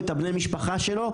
את בני המשפחה שלו,